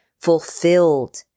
fulfilled